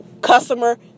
customer